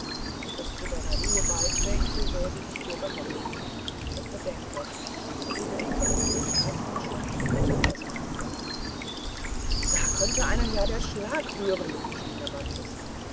und es zu deiner ruhe beiträgt so werde ich dir gehorchen doch bedenke friederike und ich haben ihn schon zum mittagessen eingeladen da könnte einen ja der schlag rühren schrie herr